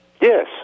Yes